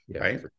right